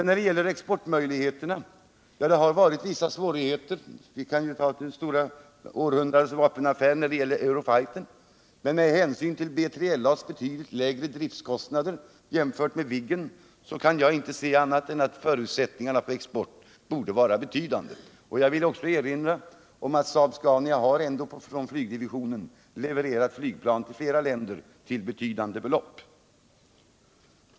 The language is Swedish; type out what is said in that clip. När det gäller exportmöjligheterna har det varit vissa svårigheter — vi kan ju ta århundradets vapenaffär, Eurofightern — men med B3LA:s betydligt lägre driftkostnader jämfört med Viggen kan jag inte se annat än att förutsättningarna för export borde vara betydande. Jag vill också erinra om att Saab Scanias flygdivision ändå har levererat flygplan till flera länder till betydande belopp.